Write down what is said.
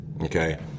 Okay